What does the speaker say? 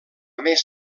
més